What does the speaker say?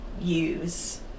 use